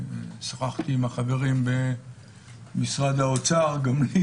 ששוחחתי עם החברים במשרד האוצר גם לי